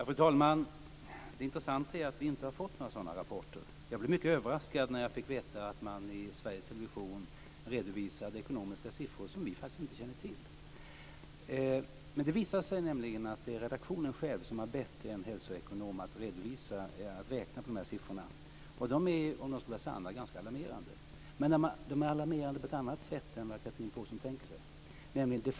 Fru talman! Det intressanta är att vi inte har fått några sådana rapporter. Jag blev mycket överraskad när jag fick veta att man i Sveriges Television redovisade siffror som vi faktiskt inte känner till. Det visade sig att redaktionen hade bett en hälsoekonom att räkna på dessa siffror. Om de är sanna är de ganska alarmerande. Men de är alarmerande på ett annat sätt än Chatrine Pålsson tänker sig.